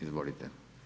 Izvolite.